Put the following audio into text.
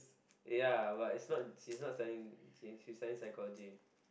ya but she's not she's not studying she's studying psychology